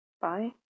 bye